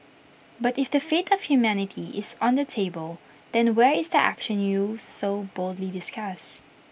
but if the fate of humanity is on the table then where is the action you so boldly discuss